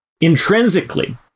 intrinsically